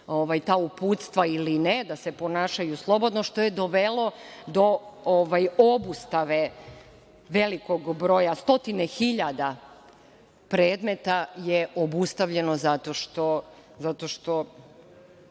ta uputstva, ili ne, da se ponašaju slobodno, što je dovelo do obustave velikog broja. Stotine hiljada predmeta je obustavljeno zato što